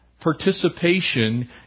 participation